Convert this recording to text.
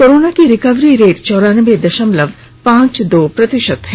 corona की recovery rate चौरानबे दशमलव पांच दो प्रतिशत है